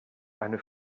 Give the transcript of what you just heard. eine